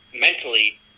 mentally